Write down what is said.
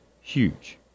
huge